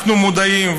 אנחנו מודעים,